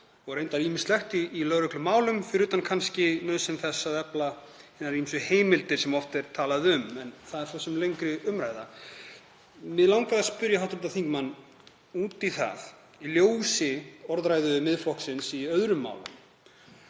og reyndar ýmislegt í lögreglumálum, fyrir utan kannski nauðsyn þess að efla hinar ýmsu heimildir sem oft er talað um en það er svo sem lengri umræða. Mig langaði að spyrja hv. þingmann út í það, í ljósi orðræðu Miðflokksins í öðrum málum,